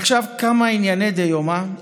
עכשיו כמה ענייני דיומא: